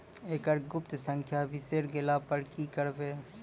एकरऽ गुप्त संख्या बिसैर गेला पर की करवै?